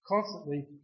constantly